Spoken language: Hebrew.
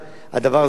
הדבר הזה ייבדק,